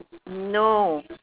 no